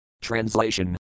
Translation